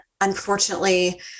Unfortunately